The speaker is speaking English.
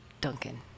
duncan